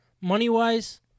Money-wise